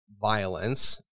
violence